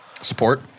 Support